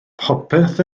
popeth